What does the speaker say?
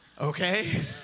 Okay